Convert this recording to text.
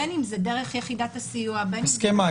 בין אם זה דרך יחידת הסיוע ובין אם זה --- הסכם מה?